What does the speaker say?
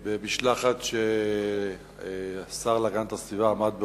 במשלחת שהשר להגנת הסביבה עמד בראשה,